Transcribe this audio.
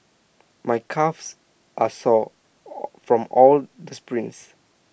my calves are sore from all the sprints